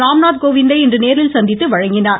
ராம்நாத் கோவிந்தை இன்று நேரில் சந்தித்து வழங்கினார்